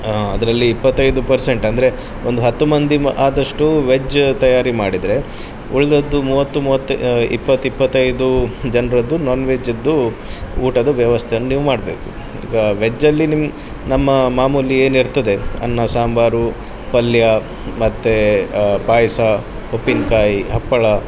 ಅದರಲ್ಲಿ ಇಪ್ಪತ್ತೈದು ಪರ್ಸೆಂಟ್ ಅಂದರೆ ಒಂದು ಹತ್ತು ಮಂದಿ ಆದಷ್ಟು ವೆಜ್ ತಯಾರಿ ಮಾಡಿದರೆ ಉಳಿದದ್ದು ಮೂವತ್ತು ಮೂವತ್ತೈ ಇಪ್ಪತ್ತು ಇಪ್ಪತ್ತೈದು ಜನರದ್ದು ನಾನ್ ವೆಜ್ದ್ದು ಊಟದ ವ್ಯವಸ್ಥೆಯನ್ನು ನೀವು ಮಾಡಬೇಕು ಈಗ ವೆಜಲ್ಲಿ ನಮ್ಮ ಮಾಮೂಲಿ ಏನಿರ್ತದೆ ಅನ್ನ ಸಾಂಬಾರು ಪಲ್ಯ ಮತ್ತು ಪಾಯಸ ಉಪ್ಪಿನಕಾಯಿ ಹಪ್ಪಳ